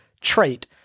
trait